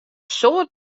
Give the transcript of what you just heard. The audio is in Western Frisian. soad